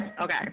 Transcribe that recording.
Okay